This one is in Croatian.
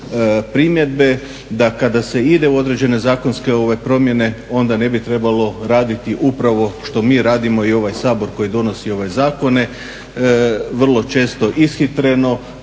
primjedbe da kada se ide u određene zakonske promjene onda ne bi trebalo raditi upravo što mi radimo i ovaj Sabor koji donosi zakone vrlo često ishitreno